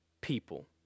people